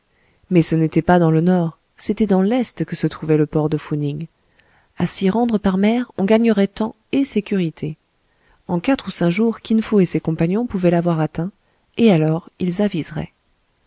mais ce n'était pas dans le nord c'était dans l'est que se trouvait le port de fou ning a s'y rendre par mer on gagnerait temps et sécurité en quatre ou cinq jours kin fo et ses compagnons pouvaient l'avoir atteint et alors ils